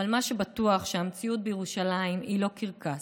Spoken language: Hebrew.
אבל מה שבטוח, שהמציאות בירושלים היא לא קרקס.